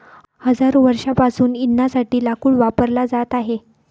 हजारो वर्षांपासून इंधनासाठी लाकूड वापरला जात आहे